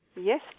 Yes